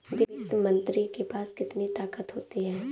वित्त मंत्री के पास कितनी ताकत होती है?